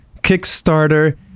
Kickstarter